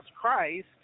Christ